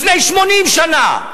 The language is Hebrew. לפני 80 שנה,